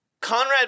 Conrad